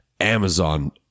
Amazon